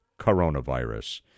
coronavirus